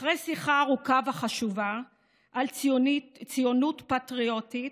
אחרי שיחה ארוכה וחשובה על ציונות פטריוטית,